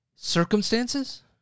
circumstances